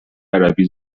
عربی